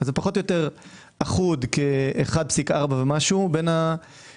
זה פחות או יותר אחוד כ-1.4 ומשהו בין השנים.